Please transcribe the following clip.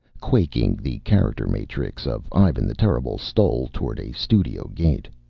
quaking, the character-matrix of ivan the terrible stole toward a studio gate.